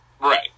Right